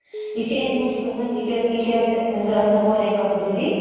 یہِ چھُ امہِ موٗجوٗب گژھان تِکیٛازِ کہِ یہِ چھُ اسہِ اندرٕ آسان واریاہ کمزوری